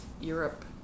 Europe